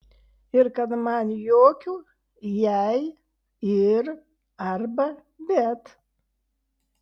ir kad man jokių jei ir arba bet